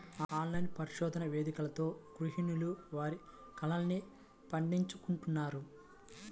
online పరిశోధన వేదికలతో గృహిణులు వారి కలల్ని పండించుకుంటున్నారు